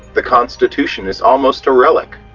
the constitution is almost a relic!